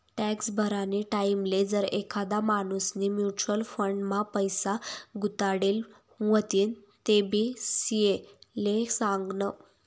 tax भरानी टाईमले जर एखादा माणूसनी म्युच्युअल फंड मा पैसा गुताडेल व्हतीन तेबी सी.ए ले सागनं पडस